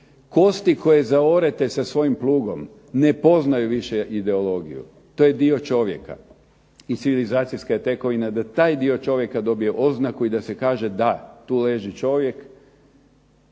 kosti koje zaorete sa svojim plugom ne poznaju više ideologiju to je dio čovjeka, i civilizacijska je tekovina da taj dio čovjeka dobije oznaku i da se kaže da tu leži čovjek,